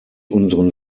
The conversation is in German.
unseren